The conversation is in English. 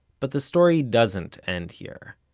but the story doesn't end here.